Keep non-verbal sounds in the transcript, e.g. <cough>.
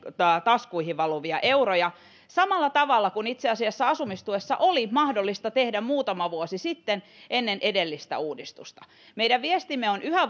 taskuihin valuvia euroja samalla tavalla kuin itse asiassa asumistuessa oli mahdollista tehdä muutama vuosi sitten ennen edellistä uudistusta meidän viestimme on yhä <unintelligible>